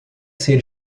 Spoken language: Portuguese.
ser